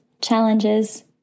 challenges